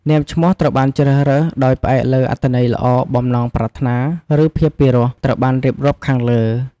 នាមឈ្នោះត្រូវបានជ្រើសរើសដោយ ផ្អែកលើអត្ថន័យល្អ បំណងប្រាថ្នា ឬ ភាពពីរោះ ដូចបានរៀបរាប់ខាងលើ។